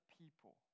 people